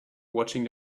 watching